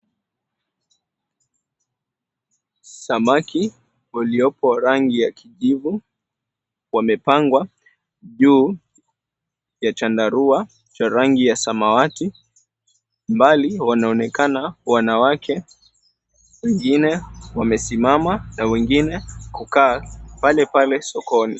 Samaki waliopo rangi ya kijivu wamepangwa juu ya chandarua ya rangi ya samawati mbali kunaonekana wanawake wengine wamesimama na wengine kukaa pale pale sokoni.